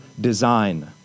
design